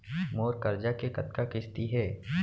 मोर करजा के कतका किस्ती हे?